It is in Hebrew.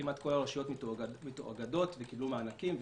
כמעט כל הרשויות מתאגדות וקיבלו מענקים,